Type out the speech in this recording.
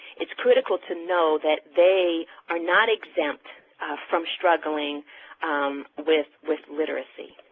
it's critical to know that they are not exempt from struggling with with literacy.